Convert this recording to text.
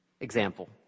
example